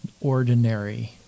ordinary